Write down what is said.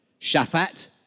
Shaphat